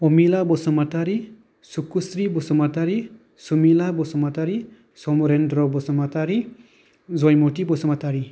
Amila Basumatary Sukusri Basumatary Sumila Basumatary Samarendra Basumatary Jaymati Basumatary